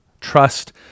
trust